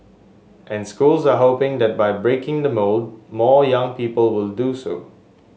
and schools are hoping that by breaking the mould more young people will do so